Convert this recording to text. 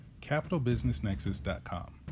CapitalBusinessNexus.com